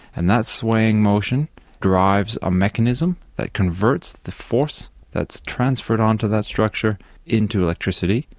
and that swaying motion drives a mechanism that converts the force that's transferred on to that structure into electricity,